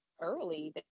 early